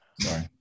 Sorry